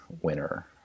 winner